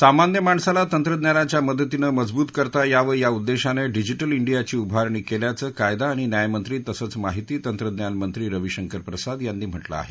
सामान्य माणसाला तंत्रज्ञानाच्या मदतीनं मजबूत करता यावं या उद्देशाने डिजिटल इंडियाची उभारणी केल्याचं कायदा आणि न्यायमंत्री तसंच माहिती तंत्रज्ञानमंत्री रविशंकरप्रसाद यांनी म्हटलं आहे